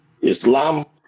islam